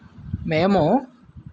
మేము